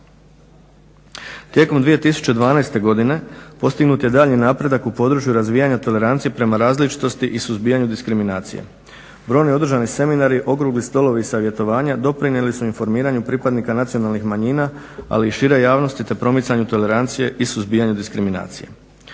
Tijekom 2012. godine postignut je daljnji napredak u području razvijanja tolerancije prema različitosti i suzbijanju diskriminacije. Brojni održani seminari, okrugli stolovi i savjetovanja doprinijeli su informiranju pripadnika nacionalnih manjina ali i šire javnosti te promicanju tolerancije i suzbijanju diskriminacije.